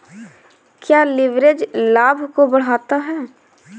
क्या लिवरेज लाभ को बढ़ाता है?